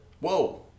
Whoa